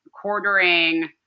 quartering